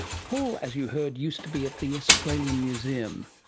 paul, as you heard, used to be at the australian museum.